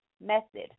method